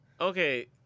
Okay